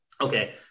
okay